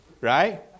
Right